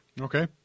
Okay